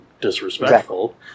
disrespectful